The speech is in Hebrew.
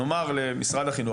נאמר למשרד החינוך,